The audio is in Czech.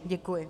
Děkuji.